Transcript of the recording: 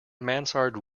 mansard